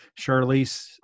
Charlize